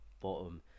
bottom